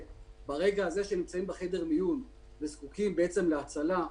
ברגע הזה שנמצאים בחדר מיון וזקוקים להצלה,